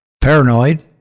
paranoid